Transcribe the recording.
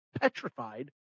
petrified